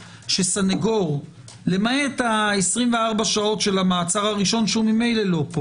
שסנגור למעט ה-24 שעות של המעצר הראשון שהוא ממילא לא פה